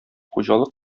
хуҗалык